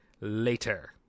later